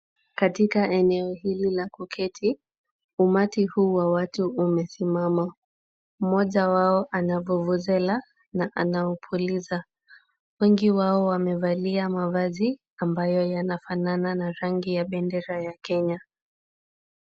Katika eneo hili la kuketi umati huu wa watu umesimama. Mmoja wao ana vuvuzela na anaupuliza. Wengi wao wamevalia mavazi ambayo yana fanana na rangi ya bendera ya Kenya.